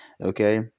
okay